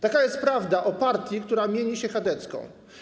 Taka jest prawda o partii, która mieni się chadecką.